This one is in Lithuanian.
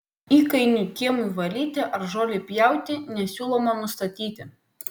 įkainių kiemui valyti ar žolei pjauti nesiūloma nustatyti